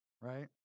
right